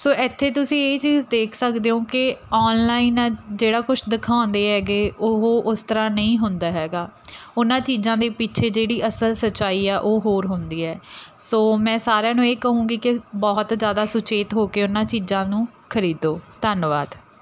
ਸੋ ਇੱਥੇ ਤੁਸੀਂ ਇਹ ਚੀਜ਼ ਦੇਖ ਸਕਦੇ ਹੋ ਕਿ ਔਨਲਾਈਨ ਜਿਹੜਾ ਕੁਛ ਦਿਖਾਉਂਦੇ ਹੈਗੇ ਉਹ ਉਸ ਤਰ੍ਹਾਂ ਨਹੀਂ ਹੁੰਦਾ ਹੈਗਾ ਉਹਨਾਂ ਚੀਜ਼ਾਂ ਦੇ ਪਿੱਛੇ ਜਿਹੜੀ ਅਸਲ ਸੱਚਾਈ ਆ ਉਹ ਹੋਰ ਹੁੰਦੀ ਹੈ ਸੋ ਮੈਂ ਸਾਰਿਆਂ ਨੂੰ ਇਹ ਕਹੂੰਗੀ ਕਿ ਬਹੁਤ ਜ਼ਿਆਦਾ ਸੁਚੇਤ ਹੋ ਕੇ ਉਹਨਾਂ ਚੀਜ਼ਾਂ ਨੂੰ ਖਰੀਦੋ ਧੰਨਵਾਦ